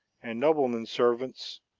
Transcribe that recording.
and noblemen's servants,